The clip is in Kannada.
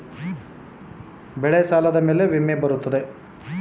ರೈತರಿಗೆ ಬರುವ ಸಾಲದ ವಿಮೆಗಳು ಯಾವುವು?